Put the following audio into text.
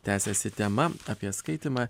tęsiasi tema apie skaitymą